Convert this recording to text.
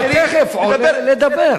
אתה תיכף עולה לדבר.